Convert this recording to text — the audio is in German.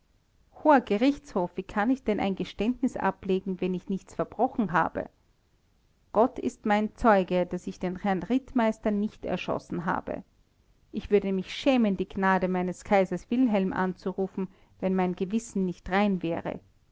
hoher gerichtshof wie kann ich denn ein geständnis ablegen wenn ich nichts verbrochen habe gott ist mein zeuge daß ich den herrn rittmeister nicht erschossen habe ich würde mich schämen die gnade meines kaisers wilhelm anzurufen wenn mein gewissen nicht rein wäre